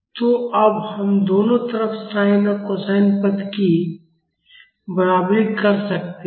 तो अब हम दोनों तरफ sin और cosine पद की बराबरी कर सकते हैं